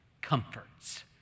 comforts